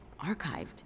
archived